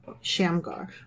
Shamgar